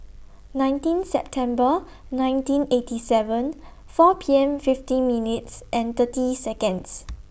nineteen September nineteen eighty seven four P M fifty minutes and thirty Seconds